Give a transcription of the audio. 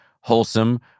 wholesome